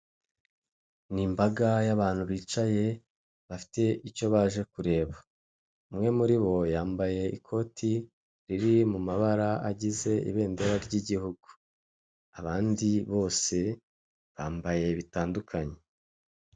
Ni imbaga y'abantu bicaye bafite icyo baje kureba, umwe muri bo yambaye ikoti riri mu mabara agize ibendera ry'igihugu, abandi bose bambaye bitandukanye.